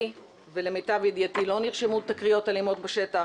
ולמיטב ידיעתי לא נרשמו תקריות אלימות בשטח.